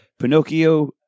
Pinocchio